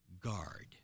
guard